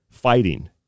Fighting